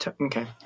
Okay